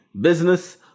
business